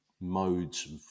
modes